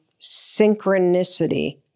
synchronicity